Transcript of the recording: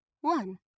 one